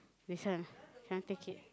that's why cannot take it